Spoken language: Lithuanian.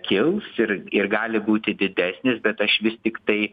kils ir ir gali būti didesnės bet aš vis tiktai